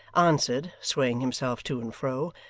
answered, swaying himself to and fro,